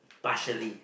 partially